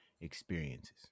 experiences